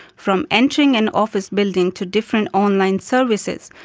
from entering an office building to different online services,